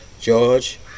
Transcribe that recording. George